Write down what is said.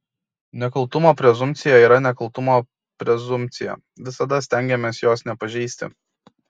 nekaltumo prezumpcija yra nekaltumo prezumpcija visada stengiamės jos nepažeisti